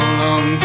long